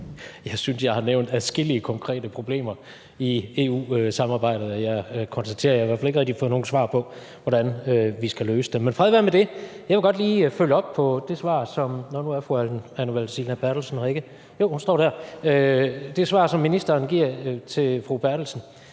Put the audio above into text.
Jeg synes, jeg har nævnt adskillige konkrete problemer i EU-samarbejdet, og jeg konstaterer, at jeg i hvert fald ikke rigtig har fået nogen svar på, hvordan vi skal løse dem. Men fred være med det. Jeg vil godt lige følge op på det svar, ministeren giver til fru Anne